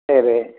சரி